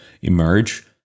emerge